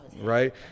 right